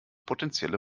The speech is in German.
potenzielle